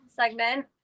segment